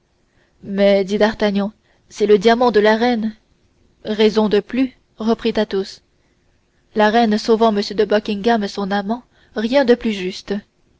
mais dit d'artagnan c'est le diamant de la reine raison de plus reprit athos la reine sauvant m de buckingham son amant rien de plus juste